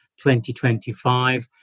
2025